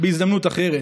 בהזדמנות אחרת,